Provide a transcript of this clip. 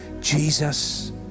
Jesus